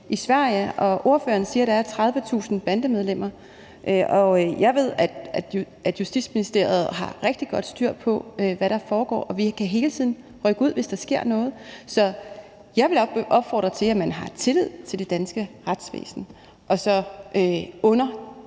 i Sverige, og ordføreren siger, at der er 30.000 bandemedlemmer. Jeg ved, at Justitsministeriet har rigtig godt styr på, hvad der foregår, og vi kan hele tiden rykke ud, hvis der sker noget. Så jeg vil opfordre til, at man har tillid til det danske retsvæsen og så under